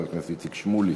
חבר הכנסת איציק שמולי.